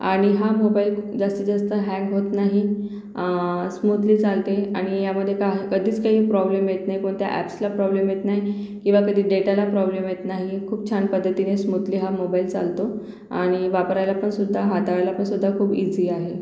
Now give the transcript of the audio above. आणि हा मोबाईल जास्तीत जास्त हँग होत नाही स्मूदली चालते आणि यामध्ये काह कधीच काही प्रॉब्लेम येत नाही कोणत्या ॲप्सला प्रॉब्लेम येत नाही किंवा कधी डेटाला प्रॉब्लेम येत नाही खूप छान पद्धतीने स्मूतली हा मोबाईल चालतो आणि वापरायला पण सुद्धा हाताळायला पण सुद्धा खूप इझी आहे